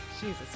Jesus